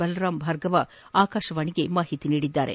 ಬಲರಾಮ್ ಭಾರ್ಗವ ಆಕಾಶವಾಣಿಗೆ ಮಾಹಿತಿ ನೀಡಿದ್ದಾರೆ